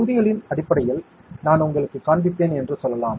தொகுதிகளின் அடிப்படையில் நான் உங்களுக்குக் காண்பிப்பேன் என்று சொல்லலாம்